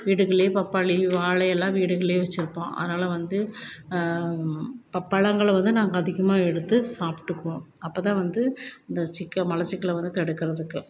வீடுகளில் பப்பாளி வாழை எல்லாம் வீடுகள்லேயும் வச்சிருப்போம் அதனால வந்து ப பழங்கள் வந்து நாங்கள் அதிகமாக எடுத்து சாப்பிட்டுக்குவோம் அப்போதான் வந்து இந்த சிக்கல் மலச்சிக்கலை வந்து தடுக்குறதுக்கு